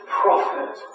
prophet